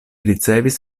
ricevis